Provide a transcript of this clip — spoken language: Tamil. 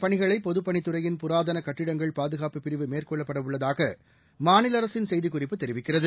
பணிகளைபொதுப்பணித்துறையின் புராதனகட்டடங்கள் பாகுகாப்புப் பிரிவு இந்தப் மேற்கொள்ளப்படவுள்ளதாகமாநிலஅரசின் செய்திக்குறிப்பு தெரிவிக்கிறது